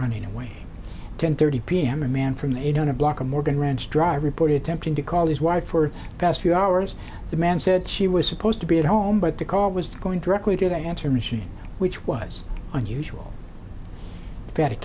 running away ten thirty p m a man from the eight hundred block of morgan ranch drive reported tempting to call his wife for the past few hours the man said she was supposed to be at home but the call was going directly to the answering machine which was unusual betty